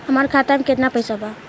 हमार खाता में केतना पैसा बा?